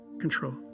control